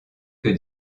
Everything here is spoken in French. que